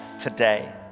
today